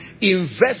Invest